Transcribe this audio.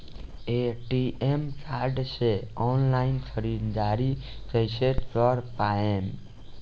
ATM card से online ख़रीदारी कइसे कर पाएम?